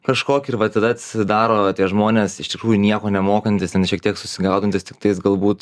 kažkokį ir va tada atsidaro tie žmonės iš tikrųjų nieko nemokantys ten šiek tiek susigaudantys tiktais galbūt